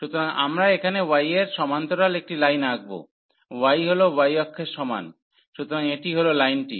সুতরাং আমরা এখানে y এর সমান্তরাল একটি লাইন আঁকব y হল y অক্ষের সমান সুতরাং এটি হল লাইনটি